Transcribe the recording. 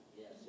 Yes